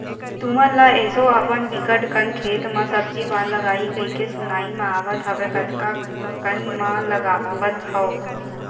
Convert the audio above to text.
तुमन ल एसो अपन बिकट कन खेत म सब्जी पान लगाही कहिके सुनाई म आवत हवय कतका कन म लगावत हव?